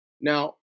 Now